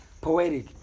poetic